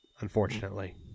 Unfortunately